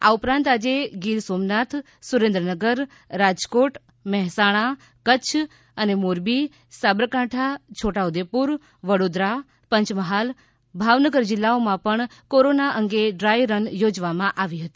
આ ઉપરાંત આજે ગીરસોમનાથ સુરેન્દ્રનગર રાજકોટ મહેસાણા કચ્છ અને મોરબી સાબરકાંઠા છોટા ઉદપુર વડોદરા પંચમહાલ ભાવનગર જિલ્લાઓમાં પણ કોરોના અંગે ડ્રાથ રન યોજાવામાં આવી છે